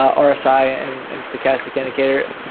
um rsi and and stochastic indicator.